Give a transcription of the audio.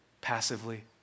Passively